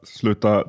sluta